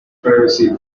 privacy